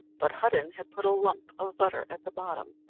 but hudden had put a lump of butter at the bottom,